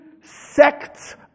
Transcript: sects